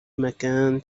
مكان